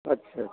अच्छा